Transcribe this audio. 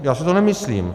Já si to nemyslím.